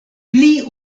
pli